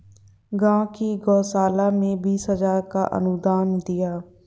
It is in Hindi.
गांव की गौशाला में बीस हजार का अनुदान दिया